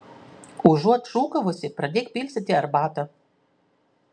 užuot šūkavusi pradėk pilstyti arbatą